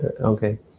okay